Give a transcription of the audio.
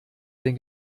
den